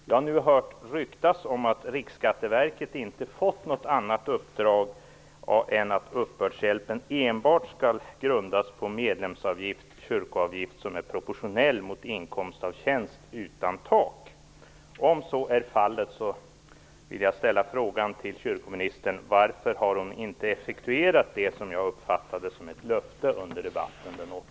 Jag har nu hört rykten om att Riksskatteverket inte har fått något annat uppdrag än att utreda en uppbördshjälp som enbart grundas på medlemsavgift/kyrkoavgift som är proportionell mot inkomst av tjänst utan tak.